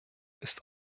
ist